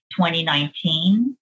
2019